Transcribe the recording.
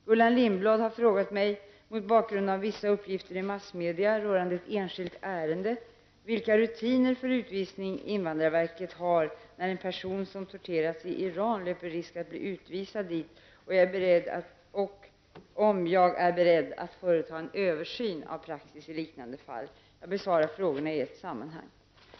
Gullan Lindblad har frågat mig -- mot bakgrund av vissa uppgifter i massmedia rörande ett enskilt ärende -- vilka rutiner för utvisning invandrarverket har när en person som torterats i Iran löper risk att bli utvisad dit och om jag är beredd att företa en översyn av praxis i liknande fall. Jag besvarar frågorna i ett sammanhang.